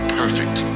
perfect